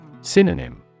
Synonym